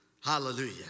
Hallelujah